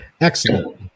Excellent